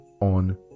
on